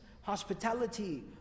hospitality